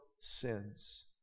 sins